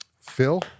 phil